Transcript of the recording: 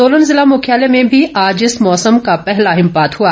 सोलन जिला मुख्यालय में भी आज इस मौसम का पहला हिमपात हआ